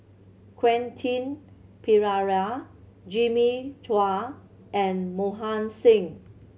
Quentin Pereira Jimmy Chua and Mohan Singh